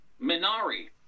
Minari